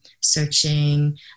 searching